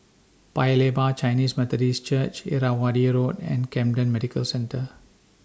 Paya Lebar Chinese Methodist Church Irrawaddy Road and Camden Medical Centre